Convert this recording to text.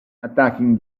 attacking